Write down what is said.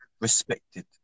respected